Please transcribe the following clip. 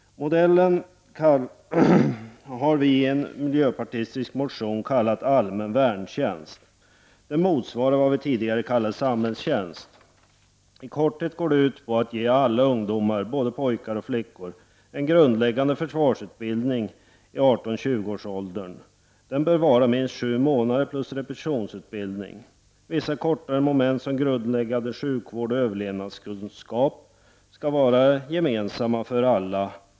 I en miljöpartistisk motion kallar vi den här modellen allmän värntjänst, som motsvarar vad vi tidigare kallade samhällstjänst. I korthet går förslaget ut på att ge alla ungdomar, alltså både pojkar och flickor, en grundläggande försvarsutbildning när de är i 18--20-årsåldern. Utbildningen bör vara i minst sju månader. Därtill kommer repetitionsutbildning. Vissa kortare moment, som grundläggande sjukvård och överlevnadskunskap, skall vara gemensamma för alla.